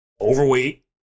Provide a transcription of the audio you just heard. overweight